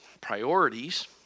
priorities